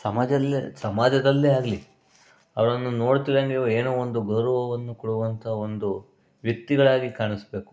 ಸಮಾಜದಲ್ಲೇ ಸಮಾಜದಲ್ಲೇ ಆಗಲಿ ಅವರನ್ನು ನೋಡ್ತಿದ್ದಂಗೆ ಏನೋ ಒಂದು ಗೌರವವನ್ನು ಕೊಡುವಂತಹ ಒಂದು ವ್ಯಕ್ತಿಗಳಾಗಿ ಕಾಣಿಸಬೇಕು